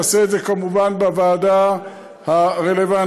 נעשה את זה כמובן בוועדה הרלוונטית.